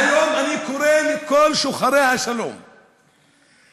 מהיום אני קורא לכל שוחרי השלום לקרוא,